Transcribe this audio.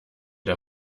der